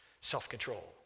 self-control